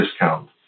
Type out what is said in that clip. discount